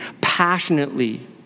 passionately